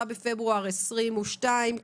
27 בפברואר 2022,